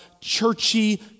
churchy